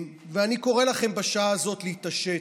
ואני קורא לכם בשעה הזאת להתעשת.